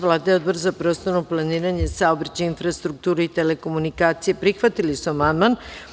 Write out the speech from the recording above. Vlada i Odbor za prostorno planiranje, saobraćaj, infrastrukturu i telekomunikacije prihvatili su amandman.